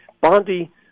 Bondi